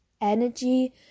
energy